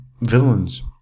villains